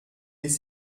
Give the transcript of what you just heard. les